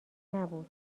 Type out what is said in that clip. نبود